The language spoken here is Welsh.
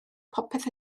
popeth